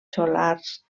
solars